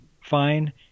fine